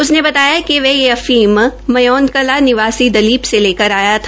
उसने बताया कि वह यह अफीम मयोंद कला निवासी दलीप से लेकर आया है